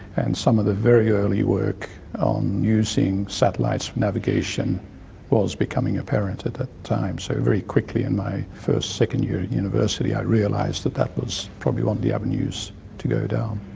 and some of the very early work on using satellites for navigation was becoming apparent at that time, so very quickly in my first, second year at university i realised that that was probably one of the avenues to go down.